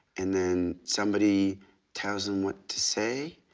and then somebody tells them what to say.